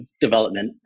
development